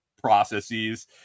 processes